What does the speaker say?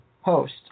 host